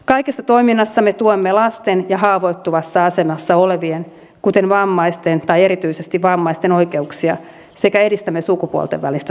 kaikessa toiminnassamme tuemme lasten ja haavoittuvassa asemassa olevien kuten erityisesti vammaisten oikeuksia sekä edistämme sukupuolten välistä tasa arvoa